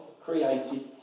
created